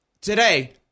today